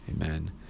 Amen